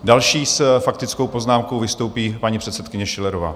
Další s faktickou poznámkou vystoupí paní předsedkyně Schillerová.